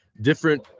different